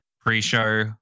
pre-show